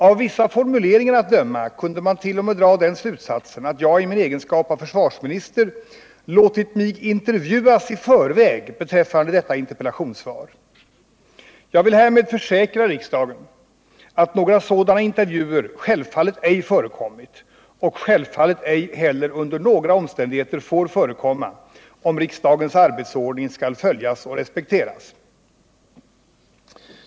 Av vissa formuleringar att döma kunde man t.o.m. dra den slutsatsen, att jag i min egenskap av försvarsminister låtit mig intervjuas i förväg beträffande detta interpellationssvar. Jag vill härmed försäkra riksdagen att några sådana intervjuer självfallet ej förekommit och självfallet ej heller under några omständigheter får förekomma, om riksdagens arbetsordning skall följas och respekteras.